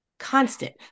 constant